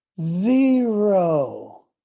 Zero